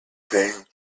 thing